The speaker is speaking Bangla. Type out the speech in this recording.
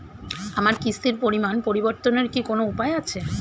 আমার কিস্তির পরিমাণ পরিবর্তনের কি কোনো উপায় আছে?